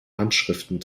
handschriften